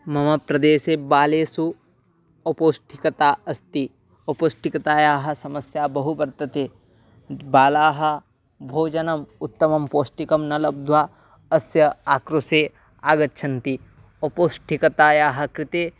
मम प्रदेशे बालासु अपौष्टिकता अस्ति अपौष्टिकतायाः समस्या बहु वर्तते बालाः भोजनम् उत्तमं पौष्टिकं न लब्ध्वा अस्य आकृशे आगच्छन्ति अपौष्टिकतायाः कृते